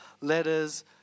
letters